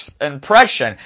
impression